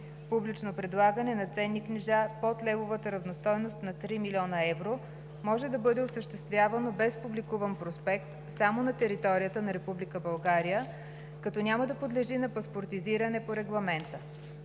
Публично предлагане на ценни книжа под левовата равностойност на 3 млн. евро може да бъде осъществявано без публикуван проспект само на територията на Република България, като няма да подлежи на паспортизиране по Регламента.